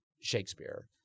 Shakespeare